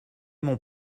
mon